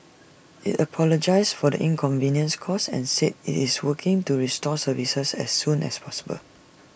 IT apologised for the inconvenience caused and said IT is working to restore services as soon as possible